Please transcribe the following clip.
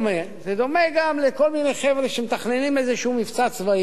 זה דומה גם לכל מיני חבר'ה שמתכננים איזה מבצע צבאי גדול,